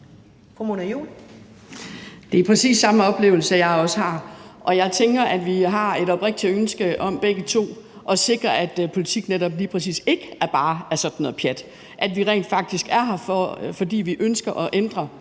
Det er præcis samme oplevelse, jeg har. Jeg tænker, at vi har et oprigtigt ønske om begge to at sikre, at politik netop ikke bare er sådan noget pjat, og at vi rent faktisk er her, fordi vi ønsker at ændre